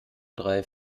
drei